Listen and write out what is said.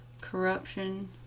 corruption